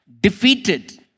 defeated